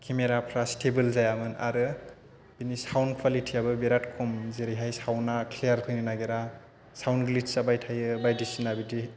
केमेराफ्रा stable जायामोन आरो बेनि सावन कुवालिटियाबो बेराद खम जेरैहाय सावोना क्लियार फैनो नागिरा सावन ग्लिस्ट जाबाय थायो बायदिसिना बिदि